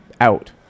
out